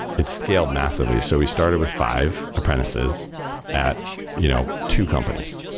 it scaled massively. so we started with five apprentices at you know two companies,